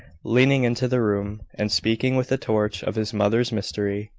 leaning into the room, and speaking with a touch of his mother's mystery,